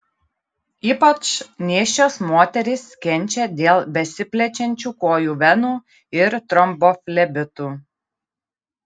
ypač nėščios moterys kenčia dėl besiplečiančių kojų venų ir tromboflebitų